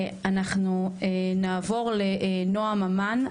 אנחנו נעבור לנועם ממן,